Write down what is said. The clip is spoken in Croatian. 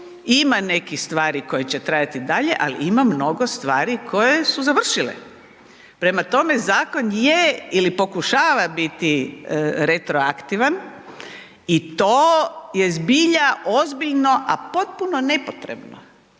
ima nekih stvari koje će trajati i dalje, ali ima mnogo stvari koje su završile. Prema tome, zakon je ili pokušava biti retroaktivan i to je zbilja ozbiljno, a potpuno nepotrebno